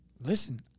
Listen